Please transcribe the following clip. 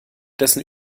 dessen